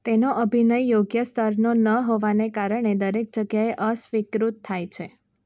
તેનો અભિનય યોગ્ય સ્તરનો ન હોવાને કારણે દરેક જગ્યાએ અસ્વીકૃત થાય છે